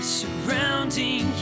surrounding